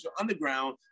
Underground